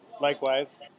Likewise